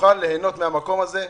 נוכל ליהנות מהמקום הזה.